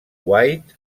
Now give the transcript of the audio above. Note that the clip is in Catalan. white